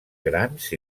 grans